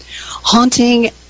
Haunting